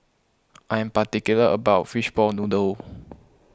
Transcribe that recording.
I'm particular about Fishball Noodle